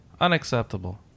unacceptable